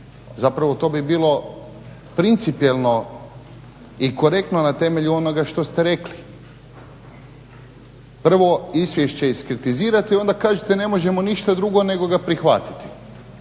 zapravo to bi bilo principijelno i korektno na temelju onoga što ste rekli. Prvo izvješće iskritizirate i onda kažete ne možemo ništa drugo nego ga prihvatiti,